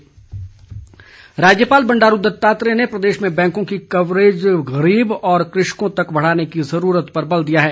राज्यपाल राज्यपाल बंडारू दत्तात्रेय ने प्रदेश में बैंकों की कवरेज गरीब व कृषकों तक बढ़ाने की ज़रूरत पर बल दिया है